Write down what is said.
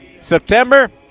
september